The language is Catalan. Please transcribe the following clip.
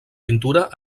pintura